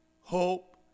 hope